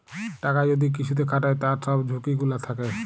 টাকা যদি কিসুতে খাটায় তার সব ঝুকি গুলা থাক্যে